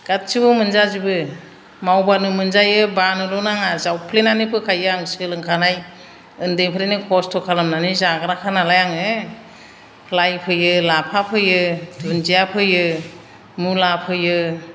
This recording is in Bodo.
गासैबो मोनजाजोबो मावबानो मोनजायो बानोल' नाङा जावफ्लेनानै फोखायो आं सोलोंखानाय उन्दैनिफ्रायनो खस्थ' खालामनानै जाग्राखा नालाय आङो लाय फोयो लाफा फोयो दुन्दिया फोयो मुला फोयो